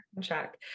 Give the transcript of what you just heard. check